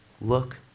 look